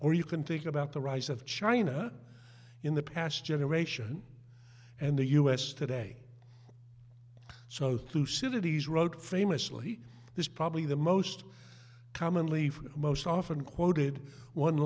or you can think about the rise of china in the past generation and the us today so two cities wrote famously this probably the most commonly most often quoted one